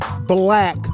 black